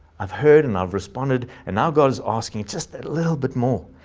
i've heard and i've responded. and now god is asking just that little bit more.